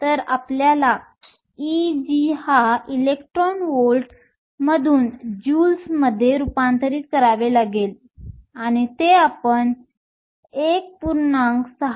तर आपल्याला Eg ला इलेक्ट्रॉन व्होल्ट मधून joules मध्ये रूपांतरित करावे लागेल आणि ते आपण 1